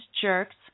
jerks